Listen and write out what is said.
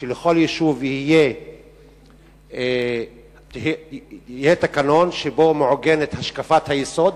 שלכל יישוב יהיה תקנון שבו מעוגנת השקפת היסוד,